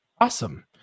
Awesome